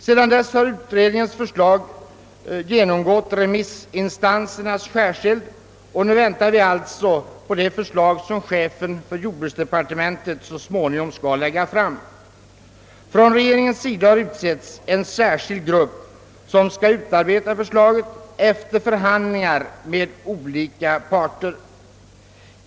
Sedan dess har utredningens förslag genomgått remissinstansernas skärseld, och nu väntar vi alltså på det förslag som chefen för jordbruksdepartementet så småningom skall lägga fram. Från regeringens sida har utsetts en särskild grupp som skall utarbeta förslaget efter förhandlingar med olika parter.